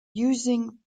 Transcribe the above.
using